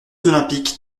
olympiques